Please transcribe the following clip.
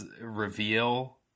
reveal